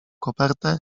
kopertę